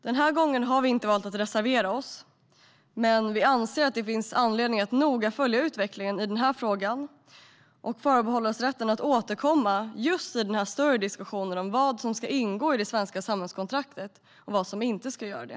Den här gången har vi valt att inte reservera oss, men vi anser att det finns anledning att noga följa utvecklingen i frågan och förbehåller oss rätten att återkomma i den större diskussionen om vad som ska ingå i det svenska samhällskontraktet och vad som inte ska göra det.